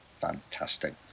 Fantastic